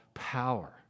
power